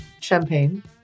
Champagne